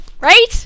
Right